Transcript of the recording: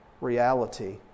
reality